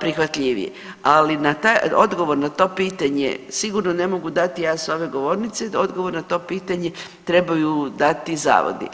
prihvatljiviji, ali na taj, odgovor na to pitanje sigurno ne mogu dati ja s ove govornice, odgovor na to pitanje trebaju dati zavodi.